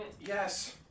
Yes